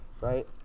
right